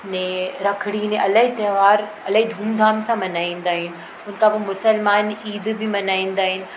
ने रखड़ी ने इलाही त्योहार इलाही धूमधाम सां मल्हाईंदा आहियूं उनखां पोइ मुस्लमान ईद बि मल्हाईंदा आहिनि